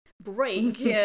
break